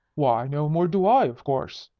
why no more do i, of course,